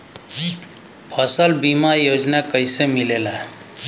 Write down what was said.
फसल बीमा योजना कैसे मिलेला?